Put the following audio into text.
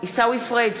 עיסאווי פריג'